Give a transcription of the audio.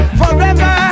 forever